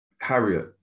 Harriet